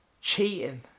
Cheating